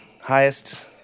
highest